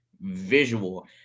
visual